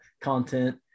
content